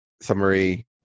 Summary